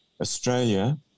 Australia